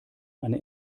eine